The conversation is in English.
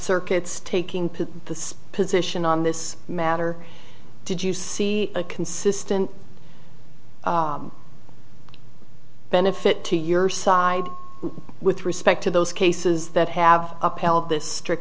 circuits taking put the position on this matter did you see a consistent benefit to your side with respect to those cases that have upheld this strict